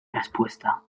respuesta